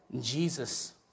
Jesus